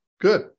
good